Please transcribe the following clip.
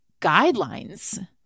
guidelines